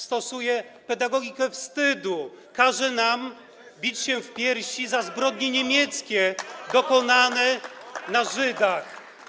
Stosuje pedagogikę wstydu, każe nam bić się w piersi za zbrodnie niemieckie dokonane na Żydach.